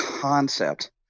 concept